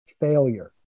failure